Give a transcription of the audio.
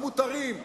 המותרים,